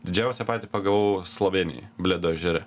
didžiausią patį pagavau slovėnijoj bledo ežere